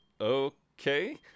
okay